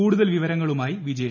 കൂടുതൽ വിവരങ്ങളുമായി വിജേഷ്